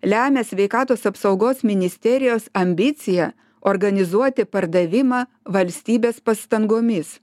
lemia sveikatos apsaugos ministerijos ambicija organizuoti pardavimą valstybės pastangomis